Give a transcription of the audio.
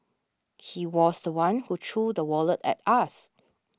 he was the one who threw the wallet at us